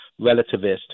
relativist